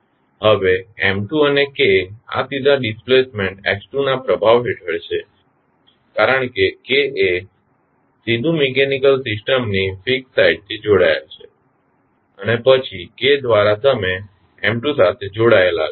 હવે M2 અને K આ સીધા ડિસ્પ્લેસમેન્ટ x2 ના પ્રભાવ હેઠળ છે કારણ કે K એ સીધુ મિકેનીકલ સિસ્ટમની ફીક્સ્ડ સાઇડ થી જોડાયેલ છે અને પછી K દ્વારા તમે M2 સાથે જોડાયેલા છો